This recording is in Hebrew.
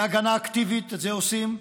להגנה אקטיבית, את זה עושים,